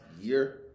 year